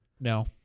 No